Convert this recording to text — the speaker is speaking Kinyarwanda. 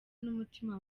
n’umutima